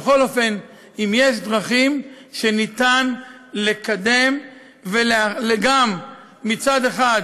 יש בכל זאת דרכים שבהן ניתן לקדם ומצד אחד,